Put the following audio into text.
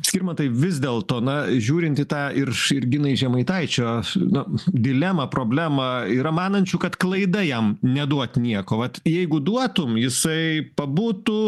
skirmantai vis dėlto na žiūrint į tą irš ir ginai žemaitaičio na dilemą problemą yra manančių kad klaida jam neduot nieko vat jeigu duotum jisai pabūtų